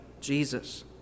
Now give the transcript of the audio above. Jesus